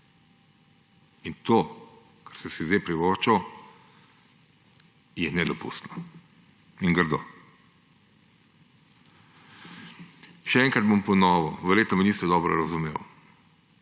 In to, kar ste si zdaj privoščili, je nedopustno in grdo. Še enkrat bom ponovil, verjetno me niste dobro razumeli.